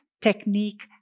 technique